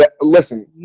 listen